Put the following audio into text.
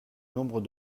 nombre